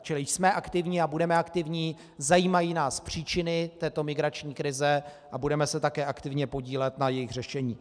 Čili jsme aktivní a budeme aktivní, zajímají nás příčiny této migrační krize a budeme se také aktivně podílet na jejich řešení.